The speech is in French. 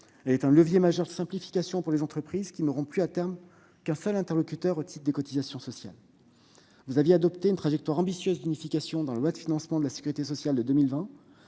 ailleurs un levier majeur de simplification pour les entreprises qui n'auront plus, à terme, qu'un seul interlocuteur au titre des cotisations sociales. Vous aviez adopté une trajectoire ambitieuse d'unification du recouvrement social dans le cadre de la loi de financement de la sécurité sociale pour 2020.